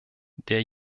der